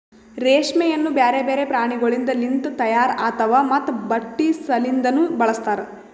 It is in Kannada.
ರೇಷ್ಮೆಯನ್ನು ಬ್ಯಾರೆ ಬ್ಯಾರೆ ಪ್ರಾಣಿಗೊಳಿಂದ್ ಲಿಂತ ತೈಯಾರ್ ಆತಾವ್ ಮತ್ತ ಬಟ್ಟಿ ಸಲಿಂದನು ಬಳಸ್ತಾರ್